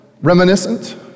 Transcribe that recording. reminiscent